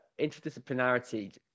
interdisciplinarity